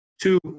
two